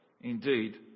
Indeed